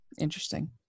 interesting